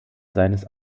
seines